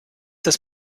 das